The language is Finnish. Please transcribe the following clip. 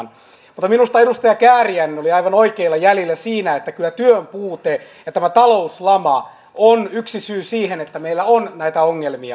mutta minusta edustaja kääriäinen oli aivan oikeilla jäljillä siinä että kyllä työn puute ja tämä talouslama ovat yksi syy siihen että meillä on näitä ongelmia